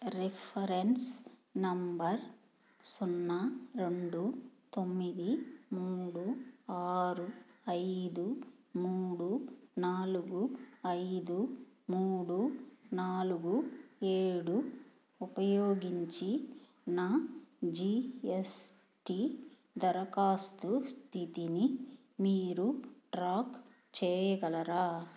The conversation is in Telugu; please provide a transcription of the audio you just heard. రిఫరెన్స్ నంబర్ సున్నా రెండు తొమ్మిది మూడు ఆరు ఐదు మూడు నాలుగు ఐదు మూడు నాలుగు ఏడు ఉపయోగించి నా జి ఎస్ టి దరఖాస్తు స్థితిని మీరు ట్రాక్ చేయగలరా